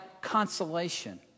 consolation